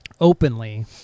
openly